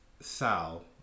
Sal